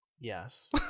Yes